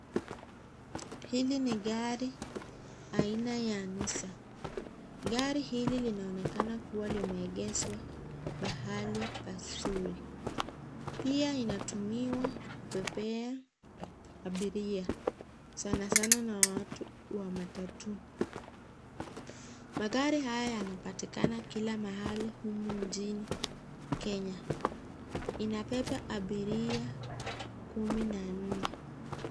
Hili ni gari aina ya Nissan gari hili linaonekana kuwa limeekeswa pahali pazuri pia inatumiwa kupepea abiria, sana sana na watu wa matatu magari haya yanapatika kila mahali humu nchini Kenya inabeba abiria kumi na nne.